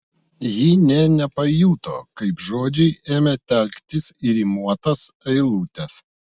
ji nė nepajuto kaip žodžiai ėmė telktis į rimuotas eilutes